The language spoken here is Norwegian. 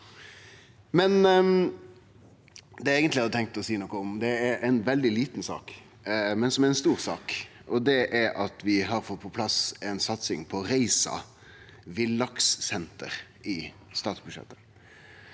Det eg eigentleg hadde tenkt å seie noko om, er ei veldig lita sak som er ei stor sak. Det er at vi har fått på plass ei satsing på Reisa Villakssenter i statsbudsjettet.